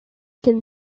can